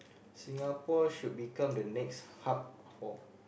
Singapore should become the next hub for